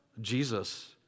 Jesus